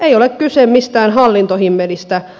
ei ole kyse mistään hallintohimmelistä